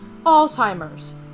Alzheimer's